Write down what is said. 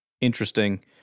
interesting